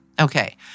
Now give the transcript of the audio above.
Okay